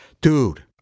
Dude